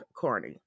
Carney